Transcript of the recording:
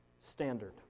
standard